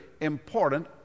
important